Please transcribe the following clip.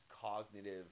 cognitive